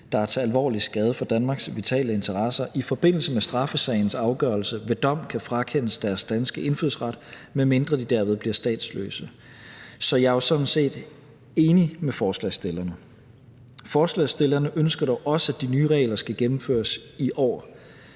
der er til alvorlig skade for Danmarks vitale interesser, i forbindelse med straffesagens afgørelse ved dom kan frakendes deres danske indfødsret, medmindre de derved bliver statsløse. Så jeg er sådan set enig med forslagsstillerne. Forslagsstillerne ønsker dog også, at de nye regler skal gennemføres i år.